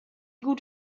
gut